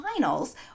Finals